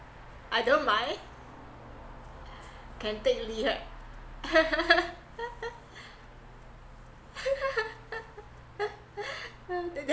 I don't mind can take leave right